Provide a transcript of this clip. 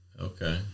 Okay